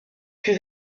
fut